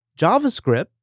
JavaScript